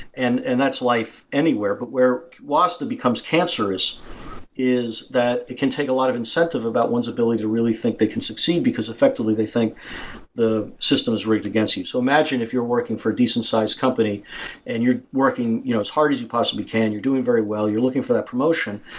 and and that's life anywhere. but where wasta becomes cancer is is that it can take a lot of incentive about one's ability to really think they can succeed because effectively they think the system is rigged against you. so imagine if you're working for a decent-sized company and you're working you know as hard as you possibly can. you're doing very well. you looking for that promotion,